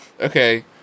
Okay